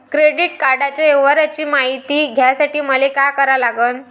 Credit कार्डाच्या व्यवहाराची मायती घ्यासाठी मले का करा लागन?